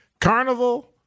Carnival